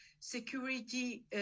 Security